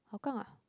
Hougang ah